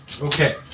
Okay